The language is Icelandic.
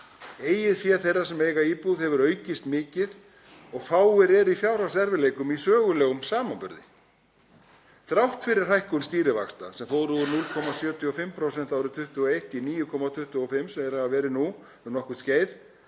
Eigið fé þeirra sem eiga íbúð hefur aukist mikið og fáir eru í fjárhagserfiðleikum í sögulegum samanburði. Þrátt fyrir hækkun stýrivaxta, sem fóru úr 0,75% árið 2021 í 9,25%, sem þeir hafa verið nú um nokkurt skeið,